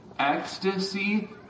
Ecstasy